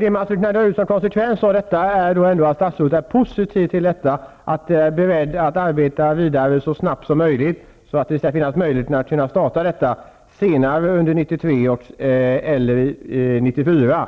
Herr talman! Kan jag ändå dra den slutsatsen att statsrådet är positiv, att arbetet bereds så fort som möjligt för att projektet skall kunna startas senare under 1993 eller 1994